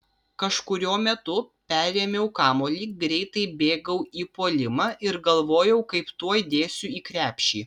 kažkuriuo metu perėmiau kamuolį greitai bėgau į puolimą ir galvojau kaip tuoj dėsiu į krepšį